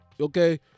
Okay